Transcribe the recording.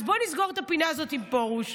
אז בואו נסגור את הפינה הזאת עם פרוש.